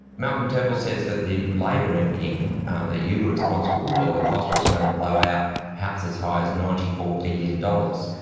malcolm turnbull says that the labor nbn that you were responsible for, the cost was going to blow out perhaps as high as ninety four billion dollars.